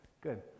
good